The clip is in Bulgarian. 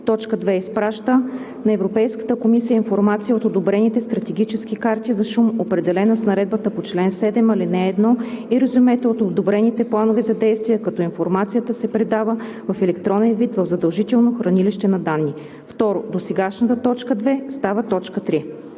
т. 2: „2. изпраща на Европейската комисия информация от одобрените стратегически карти за шум, определена с наредбата по чл. 7, ал. 1, и резюмета от одобрените планове за действие; информацията се предава в електронен вид в задължителното хранилище на данни;“. 2. Досегашната т. 2 става т. 3.“